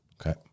Okay